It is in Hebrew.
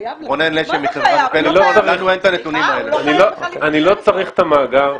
אני לא צריך את המאגר.